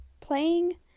playing